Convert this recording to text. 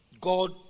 God